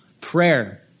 Prayer